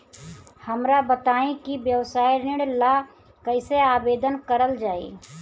हमरा बताई कि व्यवसाय ऋण ला कइसे आवेदन करल जाई?